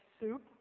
soup